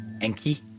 Enki